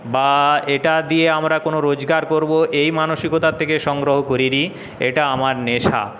বা এটা দিয়ে আমরা কোনো রোজগার করবো এই মানসিকতার থেকে সংগ্রহ করিনি এটা আমার নেশা